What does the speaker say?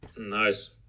Nice